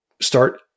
start